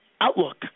outlook